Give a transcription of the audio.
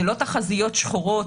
זה לא תחזיות שחורות,